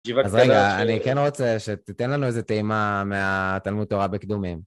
אז רגע, אני כן רוצה שתיתן לנו איזו טעימה מהתלמוד תורה בקדומים.